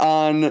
on